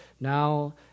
Now